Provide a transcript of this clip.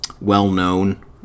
well-known